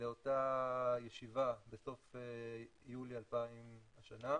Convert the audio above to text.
לאותה ישיבה בסוף יולי השנה.